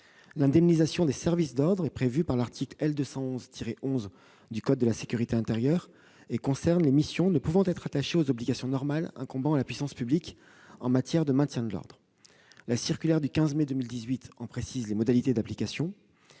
L'indemnisation des services d'ordre est prévue à l'article L. 211-11 du code de la sécurité intérieure et concerne les missions ne pouvant être rattachées aux obligations normales incombant à la puissance publique en matière de maintien de l'ordre. La circulaire du 15 mai 2018 en précise les modalités d'application.